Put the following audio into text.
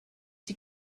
die